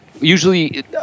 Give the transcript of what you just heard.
usually